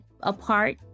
apart